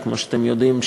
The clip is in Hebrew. כמו שאתם יודעים,